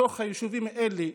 לאוכלוסייה בתוך היישובים האלה,